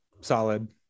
solid